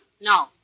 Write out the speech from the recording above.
No